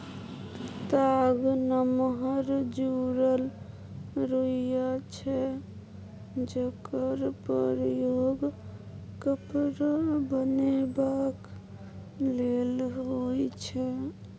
ताग नमहर जुरल रुइया छै जकर प्रयोग कपड़ा बनेबाक लेल होइ छै